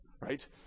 Right